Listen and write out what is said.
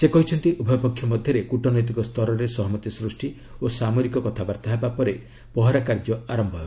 ସେ କହିଛନ୍ତି ଉଭୟ ପକ୍ଷ ମଧ୍ୟରେ କୁଟନୈତିକ ସ୍ତରରେ ସହମତି ସୃଷ୍ଟି ଓ ସାମରିକ କଥାବାର୍ତ୍ତା ହେବା ପରେ ପହରା କାର୍ଯ୍ୟ ଆରମ୍ଭ ହେବ